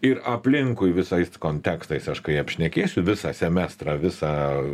ir aplinkui visais kontekstais aš kai apšnekėsiu visą semestrą visą